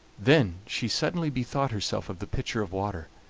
then she suddenly bethought herself of the pitcher of water,